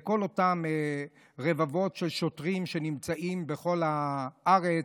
לכל אותם רבבות של שוטרים שנמצאים בכל הארץ,